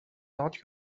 not